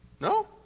No